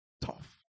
Tough